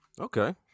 Okay